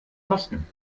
kosten